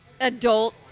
adult